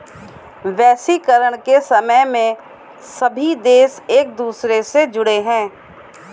वैश्वीकरण के समय में सभी देश एक दूसरे से जुड़े है